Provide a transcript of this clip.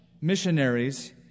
missionaries